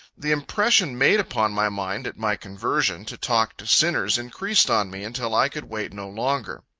the impression made upon my mind at my conversion, to talk to sinners, increased on me, until i could wait no longer.